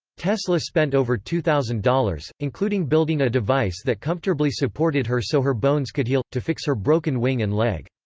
tesla spent over two thousand dollars, including building a device that comfortably supported her so her bones could heal, to fix her broken wing and leg.